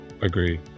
agree